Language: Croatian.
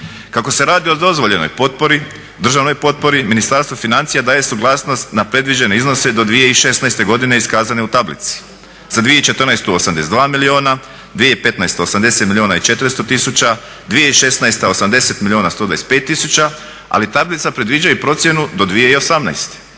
Kako se radi o dozvoljenoj potpori državnoj potpori Ministarstvo financija daje suglasnost na predviđene iznose do 2016.godine iskazane u tablici, za 2014. 82 milijuna, 2015. 80milijuna i 400 tisuća, 2016. 80 milijuna 125 tisuća, ali tablica predviđa procjenu do 2018.